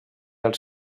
els